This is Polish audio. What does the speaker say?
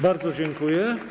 Bardzo dziękuję.